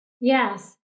Yes